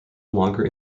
longer